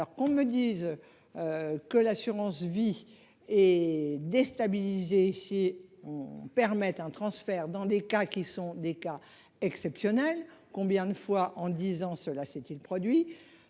alors qu'on me dise. Que l'assurance-vie et déstabilisé. Ici, on permet un transfert dans des cas qui sont des cas exceptionnels, combien de fois en disant cela s'est-il produit.